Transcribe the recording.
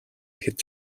ихэд